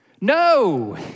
No